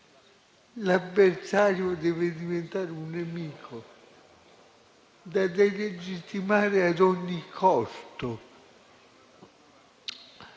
l'avversario deve diventare un nemico da delegittimare ad ogni costo?